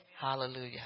Hallelujah